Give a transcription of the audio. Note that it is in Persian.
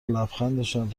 لبخندشان